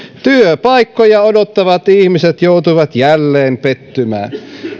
työpaikkoja odottavat ihmiset joutuivat jälleen pettymään